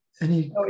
any-